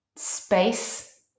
space